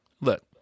look